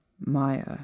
Maya